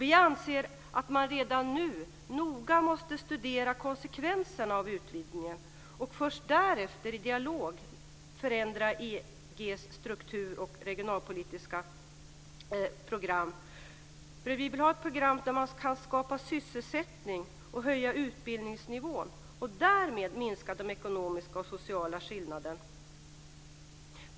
Vi anser att man redan nu noga måste studera konsekvenserna av utvidgningen och först därefter i dialog förändra EG:s struktur och regionalpolitiska program. Vi vill ha ett program för att skapa sysselsättning och höja utbildningsnivån och därmed minska de ekonomiska och sociala skillnaderna.